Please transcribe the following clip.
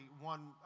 one